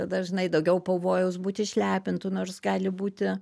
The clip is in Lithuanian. dažnai daugiau pavojaus būt išlepintu nors gali būti